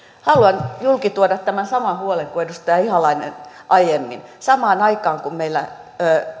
haluan julkituoda tämän saman huolen kuin edustaja ihalainen aiemmin samaan aikaan kun meillä